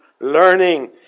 learning